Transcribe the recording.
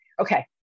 Okay